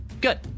Good